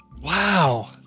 Wow